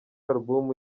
album